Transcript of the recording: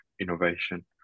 innovation